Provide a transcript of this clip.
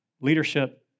leadership